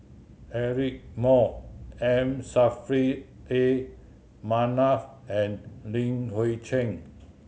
Eric Moo M Saffri A Manaf and Li Hui Cheng